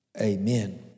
amen